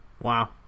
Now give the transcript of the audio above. Wow